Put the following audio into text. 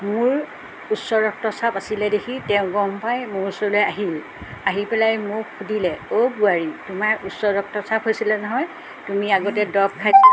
মোৰ উচ্চ ৰক্তচাপ আছিলে দেখি তেওঁ গম পাই মোৰ ওচৰলৈ আহিল আহি পেলাই মোক সুধিলে অ' বোৱাৰী তোমাৰ উচ্চ ৰক্তচাপ হৈছিলে নহয় তুমি আগতে দৰব খাইছিলা